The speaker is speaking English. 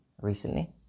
recently